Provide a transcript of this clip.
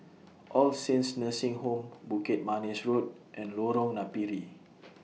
All Saints Nursing Home Bukit Manis Road and Lorong Napiri